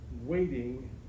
waiting